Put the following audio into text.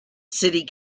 city